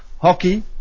Hockey